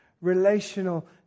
relational